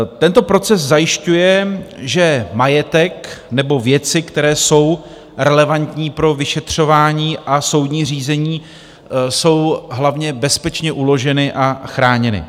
Tento proces zajišťuje, že majetek nebo věci, které jsou relevantní pro vyšetřování a soudní řízení, jsou hlavně bezpečně uloženy a chráněny.